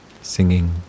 singing